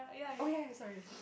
oh ya sorry